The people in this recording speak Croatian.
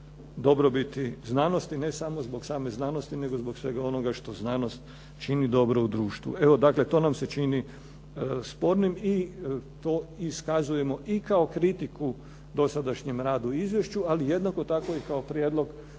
dobrobiti znanosti ne samo zbog same znanosti nego zbog svega onoga što znanost čini dobro u društvu. Evo dakle to nam se čini spornim i to iskazujemo i kao kritiku dosadašnjem radu u izvješću. Ali i jednako tako kao i prijedlog da